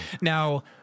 Now